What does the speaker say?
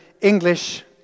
English